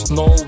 no